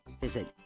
visit